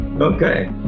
Okay